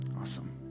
Awesome